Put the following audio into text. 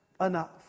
enough